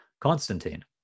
Constantine